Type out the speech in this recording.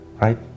right